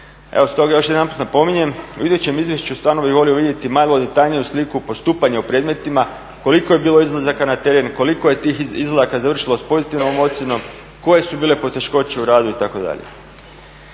Evo stoga još jedanput napominjem u idućem izvješću stvarno bih volio vidjeti malo detaljniju sliku postupanja u predmetima koliko je bilo izlazaka na teren, koliko je tih izlazaka završilo s pozitivnom ocjenom, koje su bile poteškoće u radu itd.